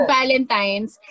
Valentine's